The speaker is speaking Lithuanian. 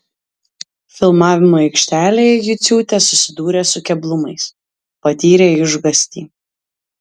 filmavimo aikštelėje juciūtė susidūrė su keblumais patyrė išgąstį